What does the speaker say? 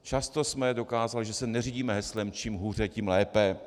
Často jsme dokázali, že se neřídíme heslem čím hůře, tím lépe.